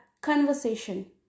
conversation